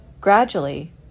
Gradually